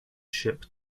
ship